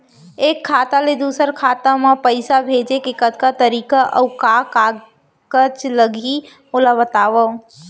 एक खाता ले दूसर खाता मा पइसा भेजे के कतका तरीका अऊ का का कागज लागही ओला बतावव?